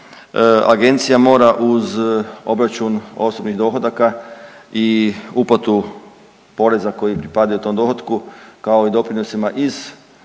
agencija mora uz obračun osobnih dohodaka i uplatu poreza koji pripadaju tom dohotku kao i doprinosima iz